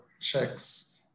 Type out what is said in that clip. checks